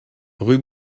rue